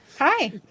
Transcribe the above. Hi